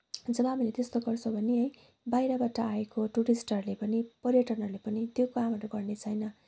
जब हामीले त्यस्तो गर्छौँ भने है बाहिरबाट आएको टुरिस्टहरूले पनि पर्यटकहरूले पनि त्यो कामहरू गर्ने छैन